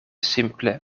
simple